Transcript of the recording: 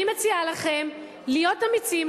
אני מציעה לכם להיות אמיצים,